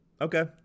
Okay